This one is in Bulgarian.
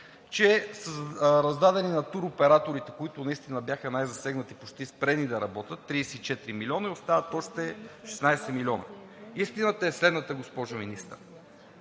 че са раздадени на туроператорите, които наистина бяха най-засегнати, почти спрени да работят, 34 милиона и остават още 16 милиона. Истината е следната, госпожо Министър.